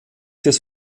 des